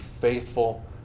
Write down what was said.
faithful